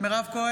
מיכאל מרדכי